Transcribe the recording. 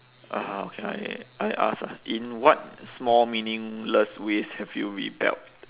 uh okay I I ask ah in what small meaningless ways have you rebelled